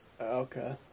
Okay